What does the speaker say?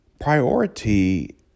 Priority